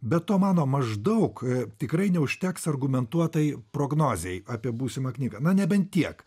be to mano maždaug tikrai neužteks argumentuotai prognozei apie būsimą knygą na nebent tiek